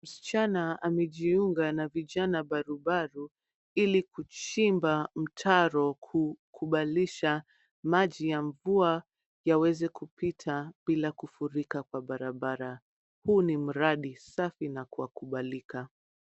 Msichana amejiunga na vijana barubaru ili kuchimba mtaro kukubalisha maji ya mvua yaweze kupita bila kufurika kwa barabara. Huu ni mradi safi na wakubalika.